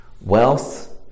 wealth